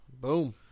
Boom